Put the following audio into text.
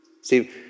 See